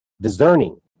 discerning